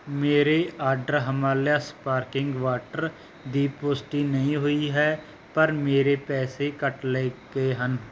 ਮੇਰੇ order Himalaya sparkling water ਦੀ ਪੁਸ਼ਟੀ ਨਹੀਂ ਹੋਈ ਹੈ ਪਰ ਮੇਰੇ ਪੈਸੇ ਕੱਟ ਲਏ ਗਏ ਹਨ